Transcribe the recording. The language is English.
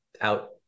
out